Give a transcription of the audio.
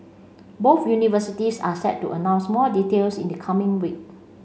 both universities are set to announce more details in the coming week